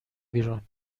بیرون